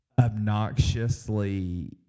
obnoxiously